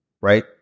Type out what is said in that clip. right